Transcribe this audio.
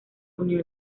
unió